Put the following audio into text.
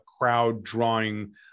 crowd-drawing